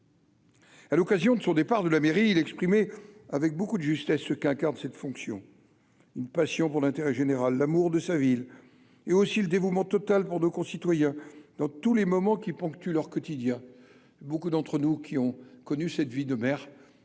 à l'occasion de son départ de la mairie, il exprimé avec beaucoup de justesse ce qu'incarne cette fonction, une passion pour l'intérêt général, l'amour de sa ville et aussi le dévouement total pour nos concitoyens dans tous les moments qui ponctuent leur quotidien, beaucoup d'entre nous qui ont connu cette vie de mère